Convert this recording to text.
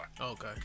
Okay